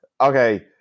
okay